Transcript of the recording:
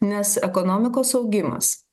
nes ekonomikos augimas